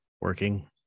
working